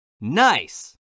Nice